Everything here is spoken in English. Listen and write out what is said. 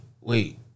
Wait